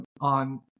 on